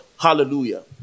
hallelujah